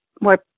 more